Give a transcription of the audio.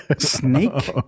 Snake